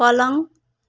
पलङ